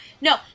no